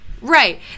right